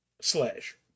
Slash